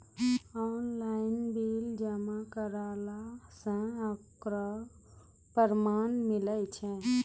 Online bill जमा करला से ओकरौ परमान मिलै छै?